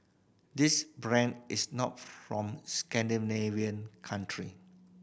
this brand is not from Scandinavian country